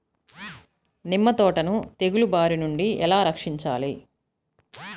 నిమ్మ తోటను తెగులు బారి నుండి ఎలా రక్షించాలి?